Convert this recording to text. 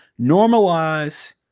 normalize